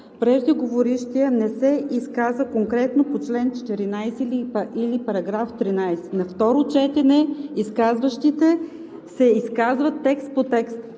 преждеговорившият не се изказа конкретно по чл. 14 или § 13. На второ четене изказващите се изказват текст по текст,